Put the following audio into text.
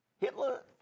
Hitler